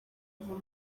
ava